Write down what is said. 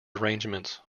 arrangements